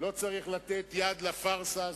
הוא לא צריך לתת יד לפארסה הזאת,